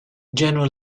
general